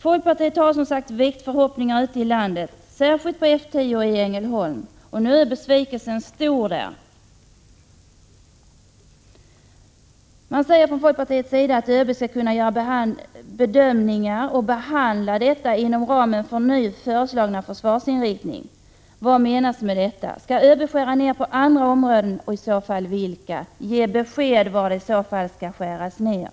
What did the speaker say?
Folkpartiet har väckt förhoppningar ute i landet, särskilt på F 10 i Ängelholm. Nu är besvikelsen där stor. Folkpartiet säger att ÖB skall kunna göra bedömningar av och behandla detta inom ramen för den nu föreslagna försvarsinriktningen. Vad menas med detta? Skall ÖB skära ner på andra områden? I så fall vilka? Ge besked om var det i så fall skall skäras ner!